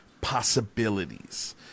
possibilities